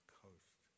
coast